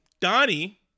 Donnie